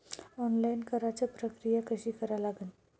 Online कराच प्रक्रिया कशी करा लागन?